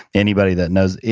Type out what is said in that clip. anybody that knows,